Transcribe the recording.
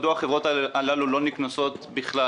להבנתנו החברות הללו לא נקנסות בכלל,